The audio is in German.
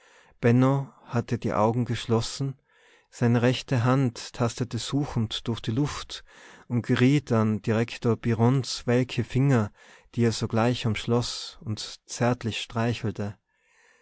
hatte die augen geschlossen seine rechte hand tastete suchend durch die luft und geriet an direktor birrons welke finger die er sogleich umschloß und zärtlich streichelte